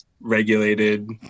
regulated